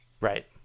Right